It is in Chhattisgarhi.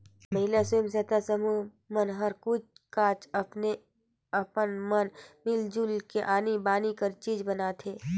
महिला स्व सहायता समूह मन हर कुछ काछ अपने अपन मन मिल जुल के आनी बानी कर चीज बनाथे